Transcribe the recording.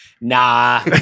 nah